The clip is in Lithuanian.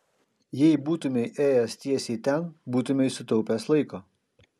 jei būtumei ėjęs tiesiai ten būtumei sutaupęs laiko